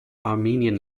armenian